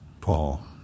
Paul